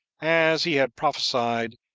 as he had prophesied,